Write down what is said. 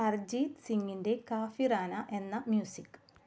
അർജീത് സിങ്ങിൻ്റെ കാഫിറാനാ എന്ന മ്യൂസിക്